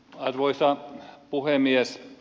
arvoisa puhemies